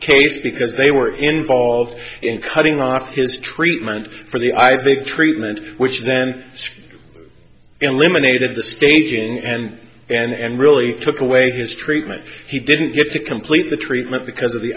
case because they were involved in cutting off his treatment for the i think treatment which then eliminated the staging and and really took away his treatment he didn't get to complete the treatment because of the